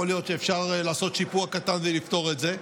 יכול להיות שאפשר לעשות שיפוע קטן ולפתור את זה.